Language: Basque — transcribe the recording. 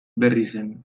berrizen